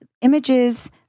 images